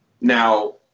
Now